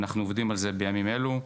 אנחנו עובדים על זה בימים אלו.